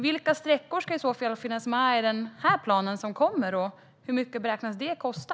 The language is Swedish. Vilka sträckor ska i så fall finnas med i den plan som kommer, och hur mycket beräknas de kosta?